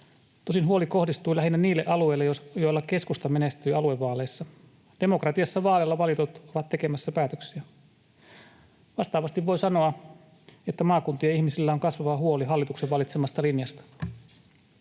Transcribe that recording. tosin huoli kohdistui lähinnä niille alueille, joilla keskusta menestyi aluevaaleissa. Demokratiassa vaaleilla valitut ovat tekemässä päätöksiä. Vastaavasti voi sanoa, että maakuntien ihmisillä on kasvava huoli hallituksen valitsemasta linjasta.